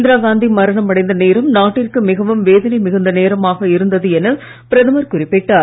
இந்திராகாந்தி மரணமடைந்த நேரம் நாட்டிற்கு மிகவும் வேதனை மிகுந்த நேரமாக இருந்தது என பிரதமர் குறிப்பிட்டார்